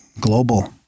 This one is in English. Global